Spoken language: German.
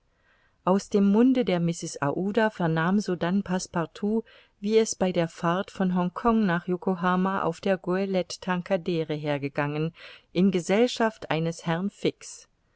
aus dem munde der mrs aouda vernahm sodann passepartout wie es bei der fahrt von hongkong nach yokohama auf der goelette tankadere hergegangen in gesellschaft eines herrn fix